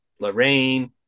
Lorraine